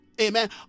Amen